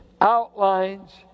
outlines